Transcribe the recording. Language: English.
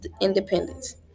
independence